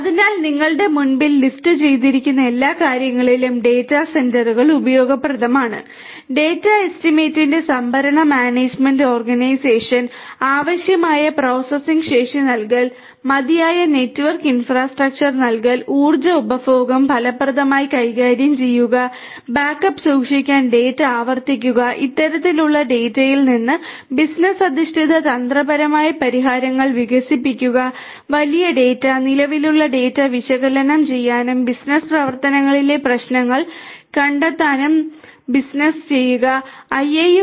അതിനാൽ നിങ്ങളുടെ മുൻപിൽ ലിസ്റ്റുചെയ്തിരിക്കുന്ന എല്ലാ കാര്യങ്ങളിലും ഡാറ്റാ സെന്ററുകൾ ഉപയോഗപ്രദമാണ് ഡാറ്റ എസ്റ്റിമേറ്റിന്റെ സംഭരണ മാനേജുമെന്റ് ഓർഗനൈസേഷൻ ആവശ്യമായ പ്രോസസ്സിംഗ് ശേഷി നൽകൽ മതിയായ നെറ്റ്വർക്ക് ഇൻഫ്രാസ്ട്രക്ചർ നൽകൽ ഉർജ്ജ ഉപഭോഗം ഫലപ്രദമായി കൈകാര്യം ചെയ്യുക ബാക്കപ്പ് സൂക്ഷിക്കാൻ ഡാറ്റ ആവർത്തിക്കുക ഇത്തരത്തിലുള്ള ഡാറ്റയിൽ നിന്ന് ബിസിനസ്സ് അധിഷ്ഠിത തന്ത്രപരമായ പരിഹാരങ്ങൾ വികസിപ്പിക്കുക വലിയ ഡാറ്റ നിലവിലുള്ള ഡാറ്റ വിശകലനം ചെയ്യാനും ബിസിനസ്സ് പ്രവർത്തനങ്ങളിലെ പ്രശ്നങ്ങൾ കണ്ടെത്താനും ബിസിനസ്സുകാരനെ സഹായിക്കുന്നു